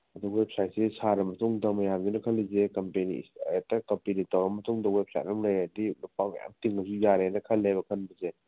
ꯑꯗꯨ ꯋꯦꯕꯁꯥꯏꯠꯁꯤ ꯁꯥꯔ ꯃꯇꯨꯡꯗ ꯃꯌꯥꯝꯁꯤꯅ ꯈꯜꯂꯤꯁꯦ ꯀꯝꯄꯦꯅꯤ ꯍꯦꯛꯇ ꯀꯝꯄꯦꯅꯤ ꯇꯧꯔ ꯃꯇꯨꯡꯗ ꯋꯦꯕꯁꯥꯏꯠ ꯑꯃ ꯂꯩꯔꯗꯤ ꯂꯨꯄꯥ ꯃꯌꯥꯝ ꯇꯤꯡꯂꯁꯨ ꯌꯥꯔꯦꯅ ꯈꯜꯂꯦꯕ ꯈꯟꯕꯁꯦ